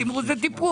תקציב לתמרוץ וטיפוח.